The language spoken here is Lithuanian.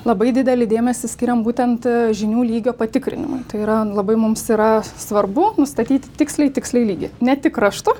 labai didelį dėmesį skiriam būtent žinių lygio patikrinimui tai yra labai mums yra svarbu nustatyti tiksliai tiksliai lygį ne tik raštu